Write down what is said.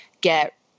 get